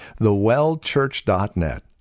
thewellchurch.net